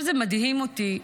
זה מדהים אותי.